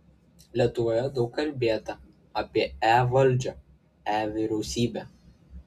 lietuvoje daug kalbėta apie e valdžią e vyriausybę